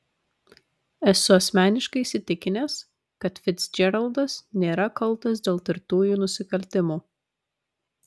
esu asmeniškai įsitikinęs kad ficdžeraldas nėra kaltas dėl tirtųjų nusikaltimų